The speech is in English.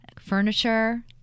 furniture